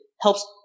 helps